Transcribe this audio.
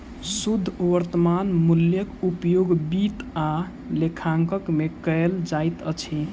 शुद्ध वर्त्तमान मूल्यक उपयोग वित्त आ लेखांकन में कयल जाइत अछि